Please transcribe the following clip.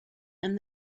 and